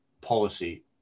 policy